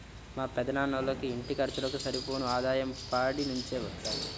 మా పెదనాన్నోళ్ళకి ఇంటి ఖర్చులకు సరిపోను ఆదాయం పాడి నుంచే వత్తది